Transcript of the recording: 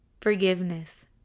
forgiveness